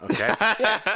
okay